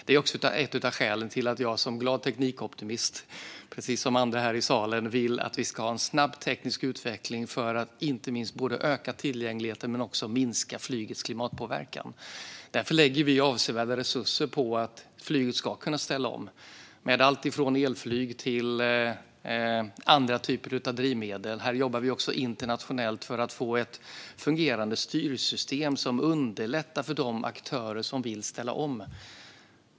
Det är också ett av skälen till att jag som glad teknikoptimist, precis som andra här i salen, vill att vi ska ha en snabb teknisk utveckling, inte minst för att öka tillgängligheten men också för att minska flygets klimatpåverkan. Därför lägger vi avsevärda resurser på att flyget ska kunna ställa om, med alltifrån elflyg till andra typer av drivmedel. Här jobbar vi också internationellt för att få ett fungerande styrsystem som underlättar för de aktörer som vill ställa om.